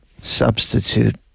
substitute